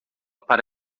para